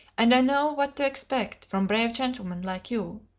and i know what to expect from brave gentlemen like you!